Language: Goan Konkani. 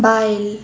बायल